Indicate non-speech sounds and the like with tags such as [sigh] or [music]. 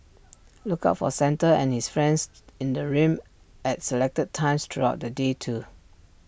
[noise] look out for Santa and his friends in the rim at selected times throughout the day too